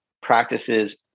practices